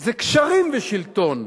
זה קשרים ושלטון.